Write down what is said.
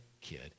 kid